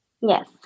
Yes